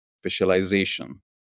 specialization